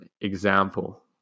example